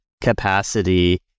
capacity